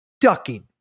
ducking